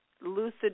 lucid